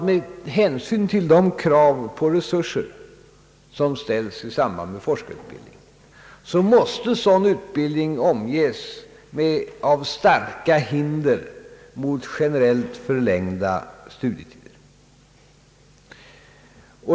Med hänsyn till de krav på resurser som ställs i samband med forskarutbildningen måste en sådan utbildning omges med starka hinder mot generellt förlängda studietider.